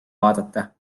vaadata